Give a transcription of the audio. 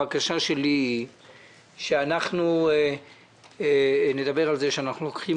הבקשה שלי היא שאנחנו נדבר על זה שאנחנו לוקחים